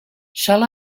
shall